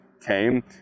came